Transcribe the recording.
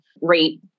rate